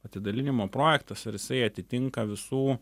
atidalinimo projektas ar jisai atitinka visų